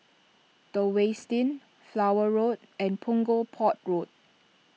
the Westin Flower Road and Punggol Port Road